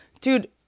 Dude